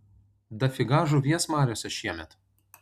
dafiga žuvies mariose šiemet